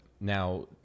Now